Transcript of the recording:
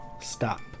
stop